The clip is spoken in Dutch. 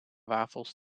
wafels